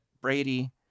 Brady